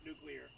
Nuclear